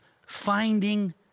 finding